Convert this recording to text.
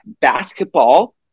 basketball